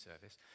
service